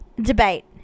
Debate